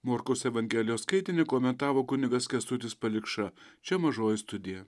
morkaus evangelijos skaitinį komentavo kun kęstutis palikša čia mažoji studija